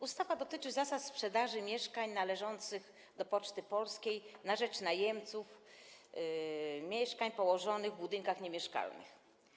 Ustawa dotyczy zasad sprzedaży mieszkań należących do Poczty Polskiej na rzecz najemców mieszkań położonych w budynkach niemieszkalnych.